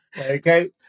Okay